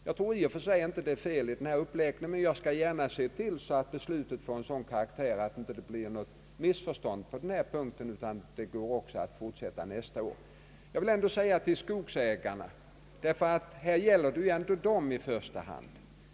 Jag anser inte att detta i och för sig är fel, men jag skall gärna se till att det inte blir några missförstånd, utan att det står klart att samma villkor gäller även för nästa år. Denna fråga gäller i första hand skogsägarna.